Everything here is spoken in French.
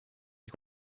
est